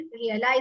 realize